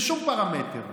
בשום פרמטר,